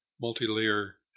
multi-layer